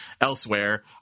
elsewhere